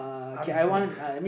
I'm saved